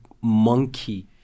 monkey